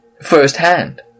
firsthand